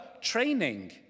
training